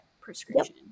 prescription